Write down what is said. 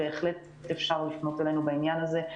בהחלט אפשר לפנות אלינו בעניין הזה,